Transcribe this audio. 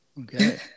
Okay